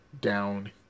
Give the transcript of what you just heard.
down